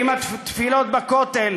עם התפילות בכותל,